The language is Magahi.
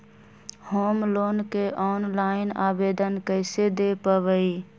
होम लोन के ऑनलाइन आवेदन कैसे दें पवई?